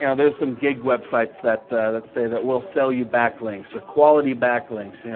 yeah there's some gig websites that that say that we'll sell you backlinks, or quality backlinks. yeah